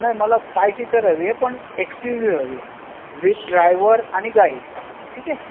नाही मला five seater हवी आहे पण एक्स यू वी हवी विथ ड्रायवर आणि गाईड ठीक आहे